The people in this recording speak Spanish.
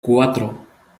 cuatro